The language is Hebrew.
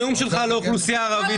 הנאום שלך על האוכלוסייה הערבית,